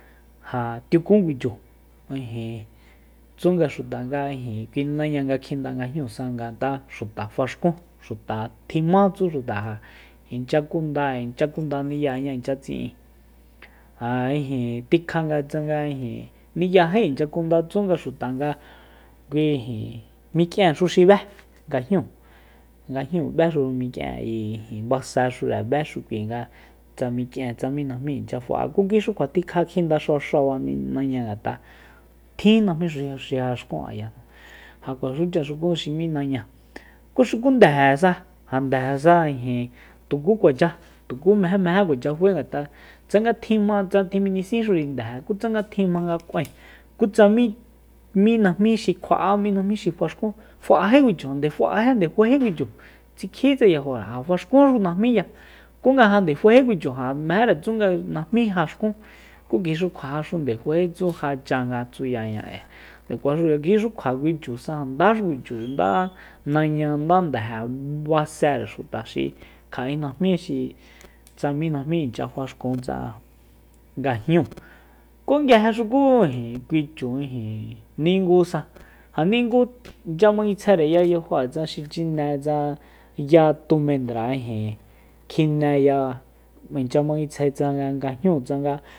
Ja tiukun kui chu ijin tsunga xuta nga ijin kui naña nga kjinda nga jñúusa nga ngaxu nga xuta faxkún xuta tjima tsu xuta ja inchya kunda inchya kunda ni'yañá inchya tsi'in ja tikja tsanga ijin ni'yaji incha kunda tsunga xuta nga kui ijin mik'ien xu xi bé nga jñúu nga jñu béxu mik'ien ayi basexura béxu kui nga mi'kien tsa mi najmí inchya fa'a ku kui xu kjua kjinda xabaxaba naña ngat'a tjinxu najmí xi jaxkun ayajnu ja kuaxucha xuku xi m'í naña ku xu ndejesa ndejesa ijin tuku kuacha tuku mejemeje kuacha fae ngat'a tsanga tjimá tsanga tjimijnisuinri ndeje ku tsanga tjin jmanga kúaen ku tsa mí-mí najmi xi kjua'á mí najmí xi faxkun fa'aji kui chu nde fa'ají nde faéjí kui chu tsikjítse yajo'e ja faxkúnxu najmiya ku nga ja nde faéji kui ja jamejetsu nga najmí jaxkun ku kui xu kjua jaxunde faéjií tsu já cha nga tsuyaña ayi nde kuaxu kui xu kjua kui chu jasa jandaxu kui chu ndá naña nda ndeje ja basere xuta xi kja'é najmí xi tsa mí najmí incha faxkun tsa nga jñúu ku nguije xuku ijin kui chu ijin ningusa ja ningu inchya manguitsjaere ya yajo'e tsa xi chine tsa ya tumendra ijin kjineya inchya manguitsjae tsanga nga jñúu tsanga